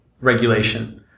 regulation